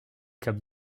comme